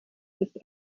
ist